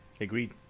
agreed